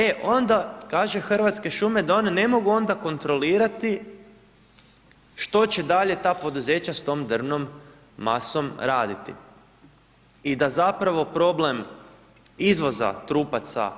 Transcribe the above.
E onda kaže Hrvatske šume da one ne mogu onda kontrolirati što će dalje ta poduzeća sa tom drvnom masom raditi i da zapravo problem izvoza trupaca